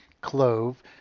clove